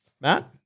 Matt